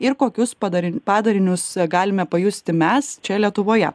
ir kokius padarin padarinius galime pajusti mes čia lietuvoje